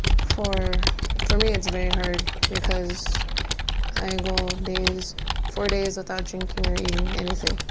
for for me it's very hard, because i go days four days without drinking or eating anything.